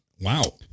Wow